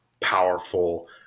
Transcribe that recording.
powerful